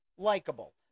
likable